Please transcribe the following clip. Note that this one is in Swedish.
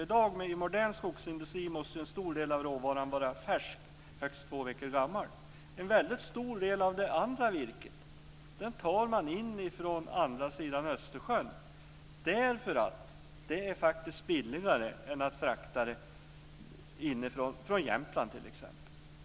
I modern skogsindustri måste en stor del av råvaran vara färsk - högst två veckor gammal. En väldigt stor del av det andra virket tar man in från andra sidan Östersjön därför att det faktiskt är billigare än att frakta det från Jämtland, t.ex.